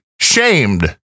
shamed